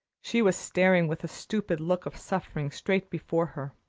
she was staring with a stupid look of suffering straight before her,